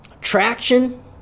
traction